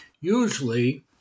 usually